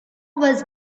was